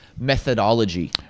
methodology